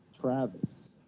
Travis